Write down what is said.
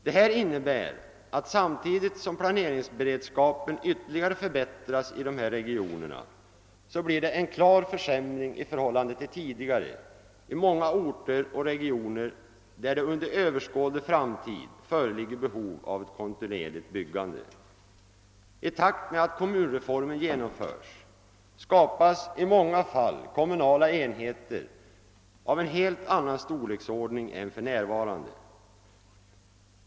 Detta innebär att samtidigt som Pplaneringsberedskapen ytterligare förbättras i dessa regioner blir det en klar försämring i förhållande till tidigare i många orter och regioner, där det under överskådlig framtid föreligger behov av ett kontinuerligt byggande. I takt med att kommunreformen genomföres skapas i många fall kommunala enheter av en helt annan storleksordning än för närvarande.